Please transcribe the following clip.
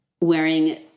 wearing